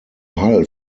hall